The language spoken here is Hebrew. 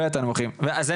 מצויין.